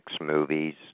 movies